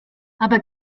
aber